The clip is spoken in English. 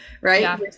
right